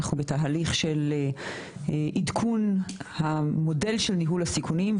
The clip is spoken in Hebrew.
אנחנו בתהליך של עדכון המודל של ניהול הסיכונים,